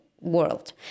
world